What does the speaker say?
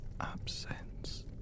absence